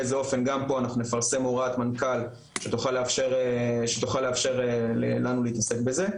גם פה אנחנו נפרסם הוראת מנכ"ל שתוכל לאפשר לנו להתעסק בזה.